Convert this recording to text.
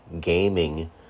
Gaming